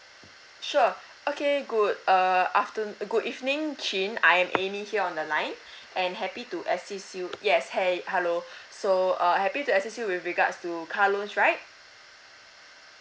sure okay good uh aftern~ good evening chin I'm amy here on the line and happy to assist you yes !hey! hello so uh happy to assist you with regards to car loans right